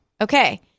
Okay